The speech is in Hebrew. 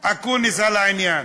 אקוניס על העניין.